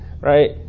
right